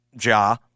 Ja